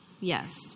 Yes